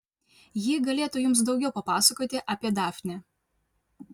ji galėtų jums daugiau papasakoti apie dafnę